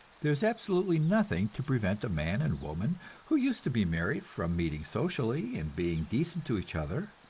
there is absolutely nothing to prevent a man and woman who used to be married from meeting socially and being decent to each other,